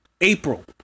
April